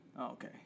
Okay